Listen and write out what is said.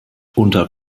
unter